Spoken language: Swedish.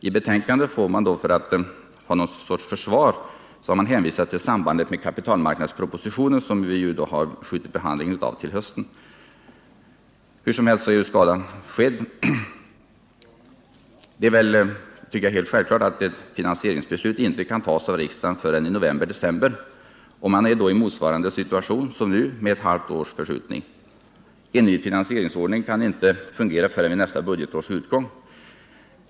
I betänkandet har man för att få någon sorts försvar hänvisat till sambandet med kapitalmarknadspropositionen, vars behandling har skjutits till hösten. Hur som helst är skadan nu skedd. Det är väl nu helt självklart att ett finansieringsbeslut inte kan fattas av riksdagen förrän i november eller december, och man är då i motsvarande situation som nu, med ett halvt års förskjutning. En ny finansieringsordning kan inte fungera förrän vid nästa budgetårs utgång.